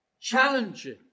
challenging